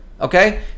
okay